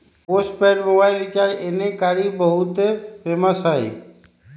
postpaid mobile recharge एन्ने कारि बहुते फेमस हई